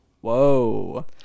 Whoa